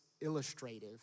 illustrative